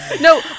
No